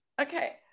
Okay